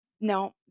No